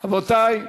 רבותי,